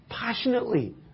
passionately